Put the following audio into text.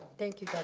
thank you